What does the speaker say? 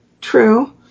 true